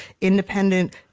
independent